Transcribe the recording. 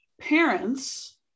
parents